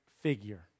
figure